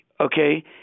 Okay